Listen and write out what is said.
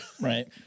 Right